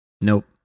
nope